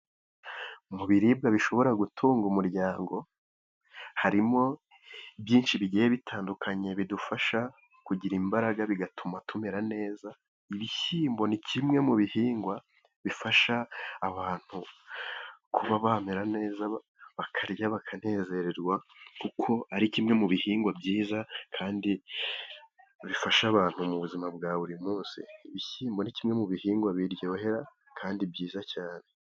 Mu biribwa bishobora gutunga umuryango harimo byinshi bigiye bitandukanye. lbidufasha kugira imbaraga bigatuma tumera neza. Ibishyimbo ni kimwe mu bihingwa bifasha abantu kuba bamera neza, bakarya bakanezererwa kuko ari kimwe mu bihingwa byiza kandi bifasha abantu mu buzima bwa buri munsi. Ibishyimbo ni kimwe mu bihingwa biryoha kandi byiza cyane.